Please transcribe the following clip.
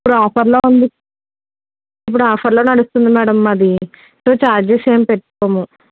ఇప్పుడు ఆఫర్లో ఉంది ఇప్పుడు ఆఫర్లో నడుస్తుంది మేడం మాది ఇప్పుడు ఛార్జెస్ ఏం పెట్టుకోము